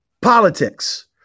politics